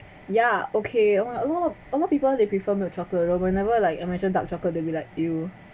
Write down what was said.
ya okay a lot of a lot of people they prefer milk chocolate whenever like I mention dark chocolate to be like !eww!